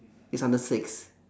it's under six